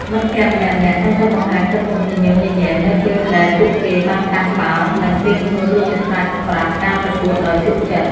មិត្តភក្តិម្នាក់ៗតែងតែបង្ហាញទឹកមុខញញឹមញញែមនៅពេលដែលពួកគេបានកាន់បាល់ និង ត្រៀមខ្លួនរួចជាស្រេចសម្រាប់ការប្រកួតដ៏ជក់ចិត្ត។